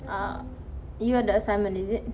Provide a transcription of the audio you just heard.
eh you ada assignment is it